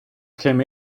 came